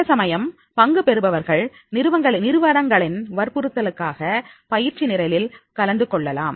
சில சமயம் பங்கு பெறுபவர்கள் நிறுவனங்களின் வற்புறுத்தலுக்காக பயிற்சி நிரலில் கலந்து கொள்ளலாம்